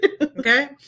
Okay